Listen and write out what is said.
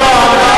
מודה.